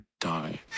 die